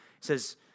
says